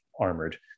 armored